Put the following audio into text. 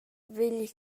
vegli